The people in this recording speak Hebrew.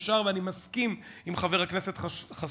אפשר, ואני מסכים עם חבר הכנסת חסון,